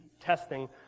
testing